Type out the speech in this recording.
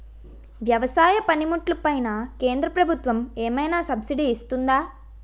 వ్యవసాయ పనిముట్లు పైన కేంద్రప్రభుత్వం ఏమైనా సబ్సిడీ ఇస్తుందా?